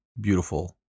beautiful